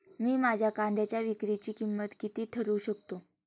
मी माझ्या कांद्यांच्या विक्रीची किंमत किती ठरवू शकतो?